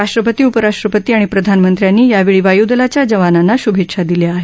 राष्ट्रपती उपराष्ट्रपती आणि प्रधानमंत्र्यांनी यावेळी वायुदलाच्या जवानांना श्भेच्छा दिल्या आहेत